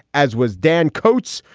as was dan coats,